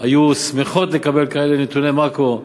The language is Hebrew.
היו שמחות לקבל כאלה נתוני מקרו,